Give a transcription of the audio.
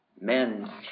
Men